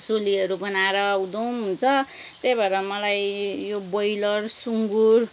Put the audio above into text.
सुलीहरू गन्हाएर उधुम हुन्छ त्यही भएर मलाई यो बोयलर सुँगुर